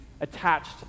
attached